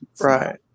Right